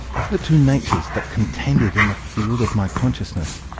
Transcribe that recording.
of the two natures that contended in the field of my consciousness,